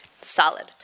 Solid